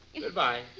Goodbye